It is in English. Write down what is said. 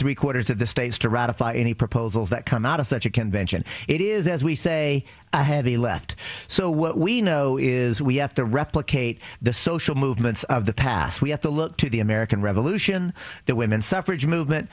three quarters of the states to ratify any proposals that come out of such a convention it is as we say a heavy left so what we know is we have to replicate the social movements of the past we have to look to the american revolution the women's suffrage movement